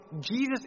Jesus